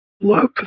Love